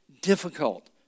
difficult